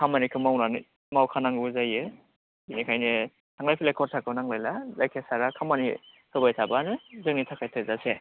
खामानिखौ मावनानै मावखानांगौ जायो बेनिखायनो थांलाय फैलाय खरसाखौ नांलायला जायखि जाया सारा खामानिखौ होबाय थाबानो जोंनि थाखाय थोजासे